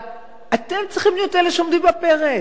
אתם צריכים להיות אלה שעומדים בפרץ.